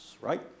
right